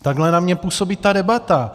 Takhle na mě působí ta debata.